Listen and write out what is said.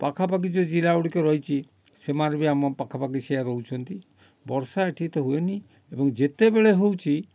ପାଖାପାଖି ଯେଉଁ ଜିଲ୍ଲାଗୁଡିକ ରହିଛି ସେମାନେ ବି ଆମ ପାଖାପାଖି ସେଇଆ ରହୁଛନ୍ତି ବର୍ଷା ଏଇଠି ଏତେ ହୁଏନି ଏବଂ ଯେତେବେଳେ ହେଉଛି